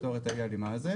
ולפתור אותו.